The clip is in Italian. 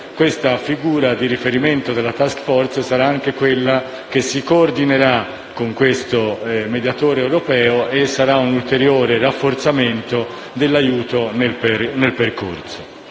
La figura di riferimento della *task force* italiana sarà anche chiamata a coordinarsi con questo mediatore europeo e sarà un ulteriore rafforzamento dell'aiuto nel percorso.